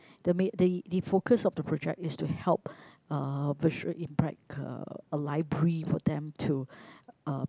the ma~ the the focus of the project is to help uh visual impaired uh a library for them to uh